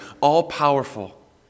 all-powerful